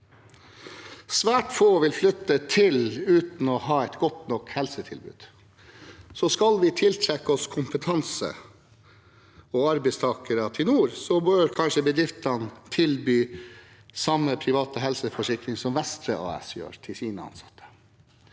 Svært få vil flytte til uten å ha et godt nok helsetilbud. Skal vi tiltrekke kompetanse og arbeidstakere til nord, bør kanskje bedriftene tilby samme private helseforsikring som Vestre AS gjør til sine ansatte.